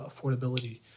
affordability